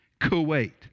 kuwait